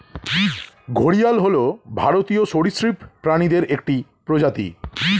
ঘড়িয়াল হল ভারতীয় সরীসৃপ প্রাণীদের একটি প্রজাতি